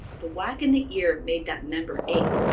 the whack in the ear made that member ache,